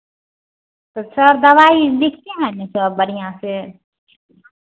तो सर दवाई लिखते हैं ना सर बढ़ियाँ से